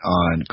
on